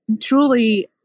truly